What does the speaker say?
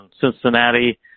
Cincinnati